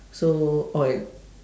so okay